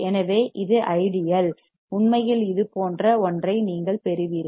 எனவே இது ஐடியல் உண்மையில் இது போன்ற ஒன்றை நீங்கள் பெறுவீர்கள்